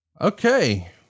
okay